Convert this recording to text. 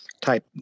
type